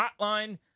hotline